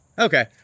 Okay